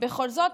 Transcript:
בכל זאת.